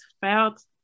felt